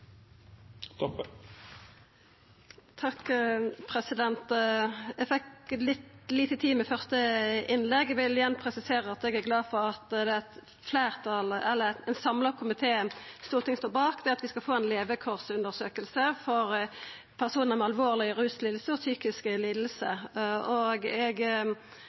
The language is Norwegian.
Eg fekk litt lite tid i første innlegg. Eg vil gjerne presisera at eg er glad for at ein samla komité i Stortinget står bak at vi skal få ei levekårundersøking for personar med alvorlege ruslidingar og psykiske lidingar. Eg forventar at det vert prioritert, og